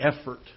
effort